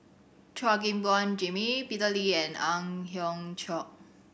Chua Gim Guan Jimmy Peter Lee and Ang Hiong Chiok